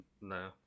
No